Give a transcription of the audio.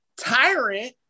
tyrant